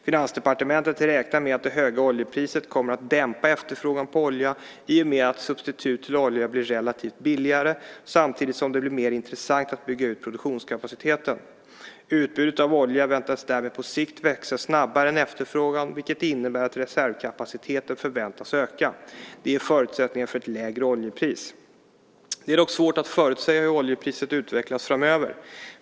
Finansdepartementet räknar med att det höga oljepriset kommer att dämpa efterfrågan på olja i och med att substitut till olja blir relativt billigare samtidigt som det blir mer intressant att bygga ut produktionskapaciteten. Utbudet av olja väntas därmed på sikt växa snabbare än efterfrågan vilket innebär att reservkapaciteten förväntas öka. Det ger förutsättningar för ett lägre oljepris. Det är dock svårt att förutsäga hur oljepriset utvecklas framöver.